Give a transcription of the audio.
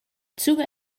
züge